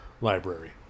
Library